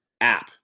app